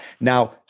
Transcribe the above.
Now